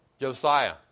Josiah